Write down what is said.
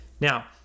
now